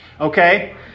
Okay